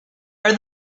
are